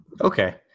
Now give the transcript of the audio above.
Okay